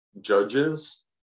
judges